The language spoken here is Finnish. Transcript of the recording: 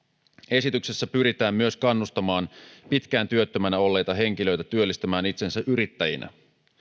esityksessä pyritään myös kannustamaan pitkään työttömänä olleita henkilöitä työllistämään itsensä yrittäjinä